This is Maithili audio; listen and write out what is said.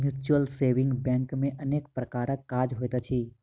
म्यूचुअल सेविंग बैंक मे अनेक प्रकारक काज होइत अछि